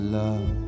love